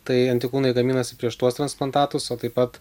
tai antikūnai gaminasi prieš tuos transplantatus o taip pat